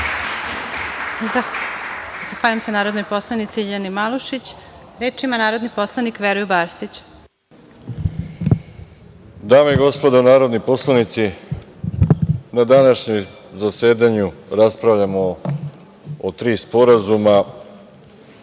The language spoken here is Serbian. Zahvaljujem se narodnoj poslanici LJiljani Malušić. Reč ima narodni poslanik Veroljub Arsić. **Veroljub Arsić** Dame i gospodo narodni poslanici, na današnjem zasedanju raspravljamo o tri sporazuma.